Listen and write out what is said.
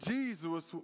Jesus